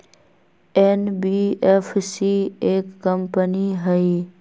NBFC एक company हई?